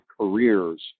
careers